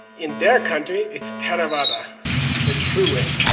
in their country, it's theravada the true way.